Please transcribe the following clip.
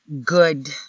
good